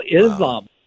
Islam